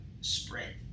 spread